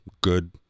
good